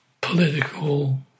political